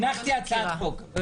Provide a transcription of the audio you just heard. הנחתי הצעת חוק.